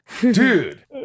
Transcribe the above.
dude